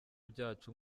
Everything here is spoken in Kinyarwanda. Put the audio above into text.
byacu